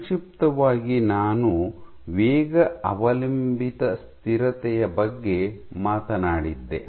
ಸಂಕ್ಷಿಪ್ತವಾಗಿ ನಾನು ವೇಗ ಅವಲಂಬಿತ ಸ್ಥಿರತೆಯ ಬಗ್ಗೆ ಮಾತನಾಡಿದ್ದೆ